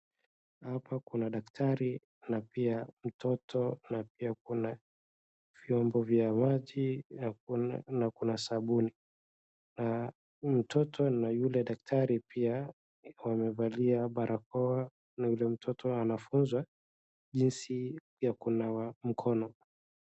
Hapa kuna daktari na pia mtoto na pia kuna vyombo vya maji na kuna sabuni. Na huyu mtoto na huyo daktari pia wamevalia barakoa na yule mtoto anafunzwa jinsi ya kunawa mkono.